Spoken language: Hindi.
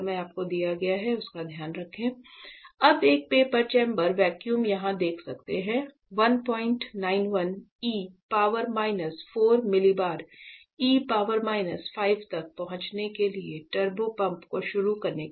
आप एक पेपर चैंबर वैक्यूम यहां देख सकते हैं 191 E power minus 4 millibar E power minus 5 तक पहुंचने के लिए टर्बो पंप को शुरू करने के लिए